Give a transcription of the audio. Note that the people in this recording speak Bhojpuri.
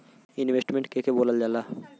इन्वेस्टमेंट के के बोलल जा ला?